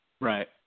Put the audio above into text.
Right